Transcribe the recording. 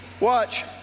Watch